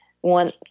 one